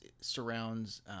surrounds